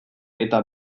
eta